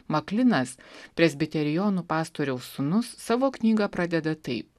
maklinas presbiterijonų pastoriaus sūnus savo knygą pradeda taip